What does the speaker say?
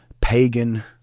pagan